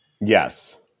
yes